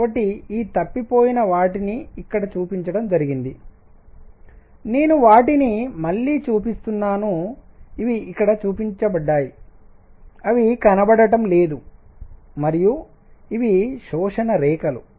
కాబట్టి ఈ తప్పిపోయిన వాటిని ఇక్కడ చూపించడం జరిగింది నేను వాటిని మళ్ళీ చూపిస్తున్నాను ఇవి ఇక్కడ చూపించబడ్డాయి అవి కనపడడం లేదు మరియు ఇవి శోషణ రేఖలు